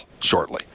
shortly